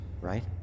right